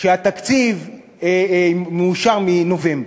כשהתקציב מאושר מנובמבר.